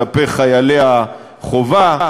כלפי חיילי החובה,